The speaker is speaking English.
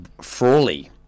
Frawley